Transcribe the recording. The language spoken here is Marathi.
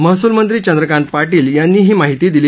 महसूलमंत्री चंद्रकांत पाटील यांनी ही माहिती दिली